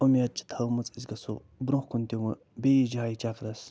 اُمید چھِ تھٲمٕژ أسۍ گژھو برٛونٛہہ کُن تہِ وۄنۍ بیٚیِس جایہِ چکرس